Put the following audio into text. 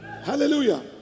Hallelujah